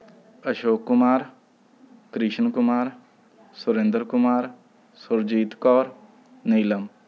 Ashok Kumar Krishan Kumar Surinder Kumar Surjit Kaur Neelam